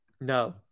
No